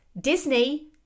Disney